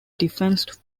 defense